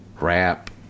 rap